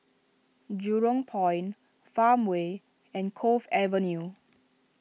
Jurong Point Farmway and Cove Avenue